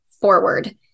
forward